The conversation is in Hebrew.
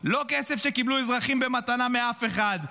לא בכסף שקיבלו אזרחים במתנה מאף אחד.